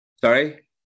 Sorry